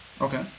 Okay